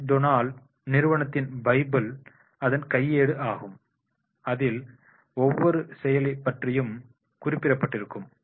McDonald நிறுவனத்தின் bible அதன் கையேடு ஆகும் அதில் ஒவ்வொரு செயலைப் பற்றியும் குறிப்பிடப்பட்டிருக்கும்